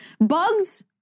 bugs